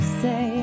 say